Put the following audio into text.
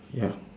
ya